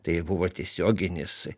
tai buvo tiesioginis